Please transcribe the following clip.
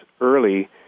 early